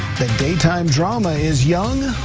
the daytime drama is young,